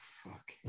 fuck